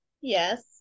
Yes